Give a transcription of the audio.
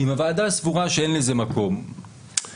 אם הוועדה סבורה שאין לזה מקום --- אם